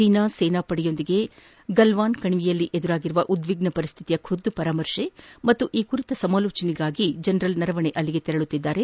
ಜೀನಾ ಸೇನೆಯೊಂದಿಗೆ ದಲ್ವಾನ್ ಕಣಿವೆಯಲ್ಲಿ ಉಂಟಾಗಿರುವ ಉದ್ವಿಗ್ನ ಪರಿಸ್ಥಿತಿಯ ಖುದ್ದು ಪರಾಮರ್ಶೆ ಮತ್ತು ಈ ಕುರಿತ ಸಮಾಲೋಜನೆಗಳಿಗಾಗಿ ಜನರಲ್ ನರವಣೆ ಅಲ್ಲಿಗೆ ತೆರುತ್ತಿದ್ದಾರೆ